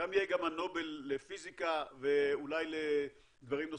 שם יהיה גם הנובל לפיזיקה ואולי גם לדברים נוספים,